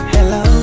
Hello